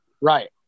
right